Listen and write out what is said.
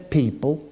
people